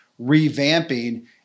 revamping